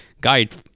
guide